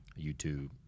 YouTube